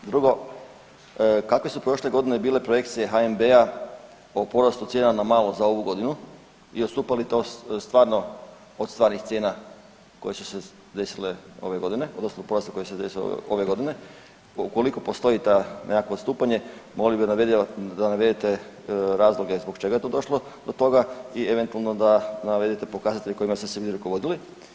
Drugo, kakve su prošle godine bile projekcije HNB-a o porastu cijena na malo za ovu godinu i odstupa li to stvarno od stvarnih cijena koje su se desile ove godine odnosno porasta koji se desio ove godine, pa ukoliko postoji to neko odstupanje molio bi da navedete razloga zbog čega je to došlo do toga i eventualno da navedete pokazatelje kojima ste se vi rukovodili?